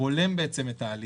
בולם את העלייה.